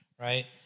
right